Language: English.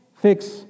fix